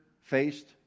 faced